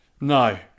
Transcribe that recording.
No